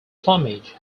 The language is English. plumage